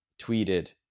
tweeted